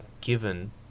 given